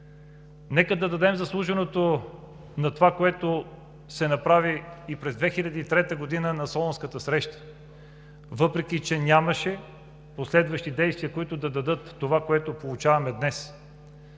Нека да дадем заслуженото на това, което се направи и през 2003 г. на Солунската среща, въпреки че нямаше последващи действия, които да дадат това, което получаваме днес.